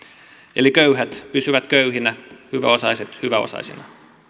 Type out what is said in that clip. eli köyhät pysyvät köyhinä hyväosaiset hyväosaisina